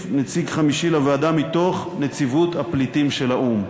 נציג חמישי לוועדה מתוך נציבות הפליטים של האו"ם.